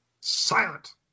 silent